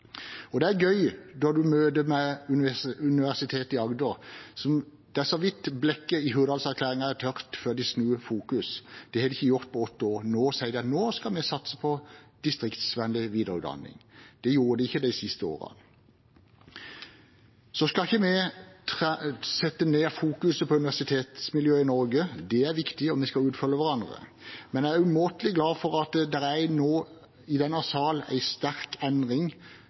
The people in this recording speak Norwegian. Det er gøy å være på møte med Universitetet i Agder. Det er så vidt blekket i Hurdalserklæringen er tørt før de snur fokus. Det har de ikke gjort på åtte år. Nå sier de at nå skal vi satse på distriktsvennlig videreutdanning. Det gjorde de ikke de siste årene. Så skal ikke vi minske fokuset på universitetsmiljøet i Norge. Det er viktig, og vi skal utfylle hverandre. Men jeg er umåtelig glad for at det nå i denne sal er en sterk endring